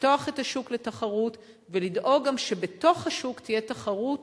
לפתוח את השוק לתחרות ולדאוג גם שבתוך השוק תהיה תחרות